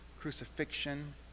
crucifixion